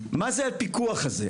מה זה הפיקוח הזה?